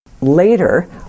later